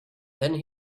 then